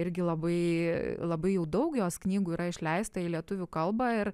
irgi labai labai jau daug jos knygų yra išleista į lietuvių kalbą ir